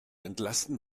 entlasten